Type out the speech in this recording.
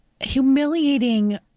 humiliating